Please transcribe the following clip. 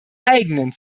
eigenen